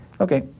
Okay